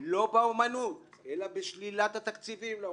לא באומנות אלא בשלילת התקציבים לאומנות.